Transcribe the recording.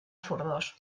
zurdos